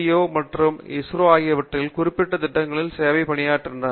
ஓ மற்றும் இஸ்ரோ ஆகியவற்றில் குறிப்பிட்ட திட்டங்களில் சேவைகளில் பணியாற்றுகின்றனர்